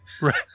Right